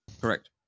Correct